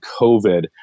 COVID